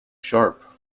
sharp